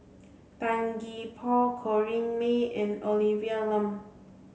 Tan Gee Paw Corrinne May and Olivia Lum